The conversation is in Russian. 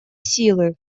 силы